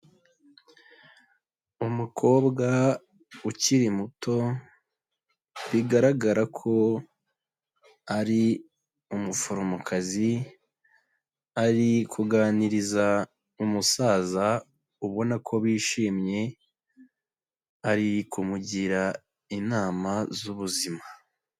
Umukobwa ukiri muto bigaragara ko ari umuforomokazi, ari kuganiriza umusaza ubona ko bishimye, ari kumugira inama z'ubuzima.